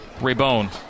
Raybone